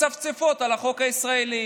מצפצפות על החוק הישראלי.